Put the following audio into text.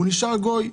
נשאר גוי.